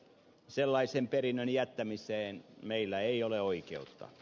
sellaisen perinnön jättämiseen meillä ei ole oikeutta